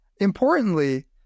importantly